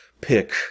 pick